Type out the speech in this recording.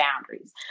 boundaries